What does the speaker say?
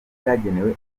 byagenewe